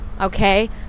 okay